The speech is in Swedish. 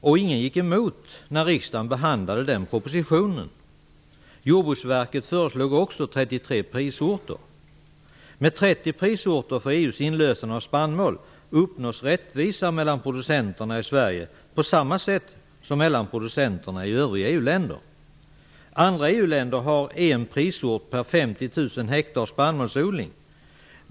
Och ingen gick emot det när riksdagen behandlade propositionen. Jordbruksverket föreslog också 33 prisorter. Med 30 prisorter för EU:s inlösen av spannmål uppnås rättvisa mellan producenterna i Sverige på samma sätt som mellan producenterna i övriga EU länder. Andra EU-länder har en prisort per 50 000 ha spannmålsodling.